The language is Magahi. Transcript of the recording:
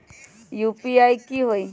यू.पी.आई की होई?